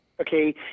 okay